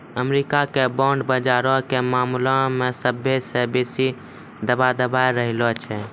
America के bond बजारो के मामला मे सभ्भे से बेसी दबदबा रहलो छै